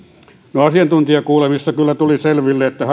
no asiantuntijakuulemisessa kyllä tuli selville että